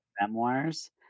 memoirs